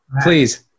please